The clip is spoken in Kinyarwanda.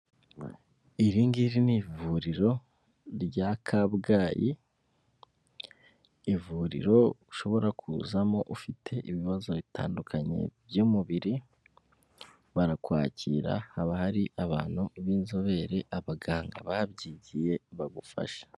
Iringiri n'ivuriro rya kabgayi, ivuriro ushobora kuzamo ufite ibibazo bitandukanye by'umubiri, barakwakira haba hari abantu b'inzobere, abaganga babyigiye bagufasha.